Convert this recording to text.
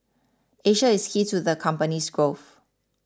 Asia is key to the company's growth